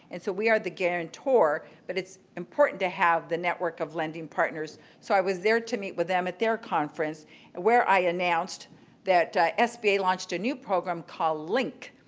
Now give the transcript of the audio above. we are the guarantor but it's important to have the network of lending partners. so i was there to meet with them at their conference where i announced that sba launched a new program called linc.